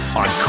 on